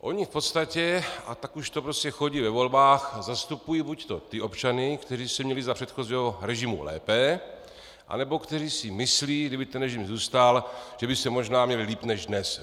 Oni v podstatě, a tak už to prostě chodí ve volbách, zastupují buď ty občany, kteří se měli za předchozího režimu lépe, anebo ty, kteří si myslí, kdyby ten režim zůstal, že by se možná měli líp než dnes.